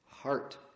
heart